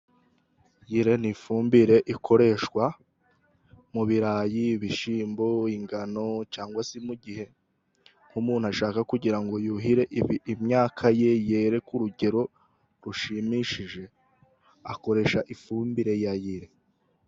Yire ni ifumbire ikoreshwa mu birarayi, ibishyimbo, ingano cyangwa se mu gihe umuntu ashaka kugira ngo yuhire imyaka ye yere ku rugero rushimishije akoresha ifumbire ya yire.